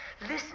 Listen